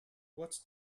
what